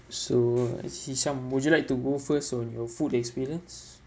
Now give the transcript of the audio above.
so I see some would you like to go first on your food experience